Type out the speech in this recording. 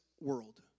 world